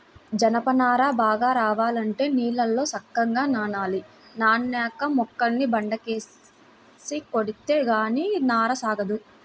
జనప నార బాగా రావాలంటే నీళ్ళల్లో సక్కంగా నానాలి, నానేక మొక్కల్ని బండకేసి కొడితే గానీ నార సాగదు